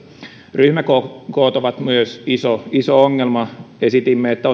ryhmäkoot ovat myös iso iso ongelma esitimme että